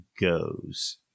goes